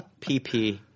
PP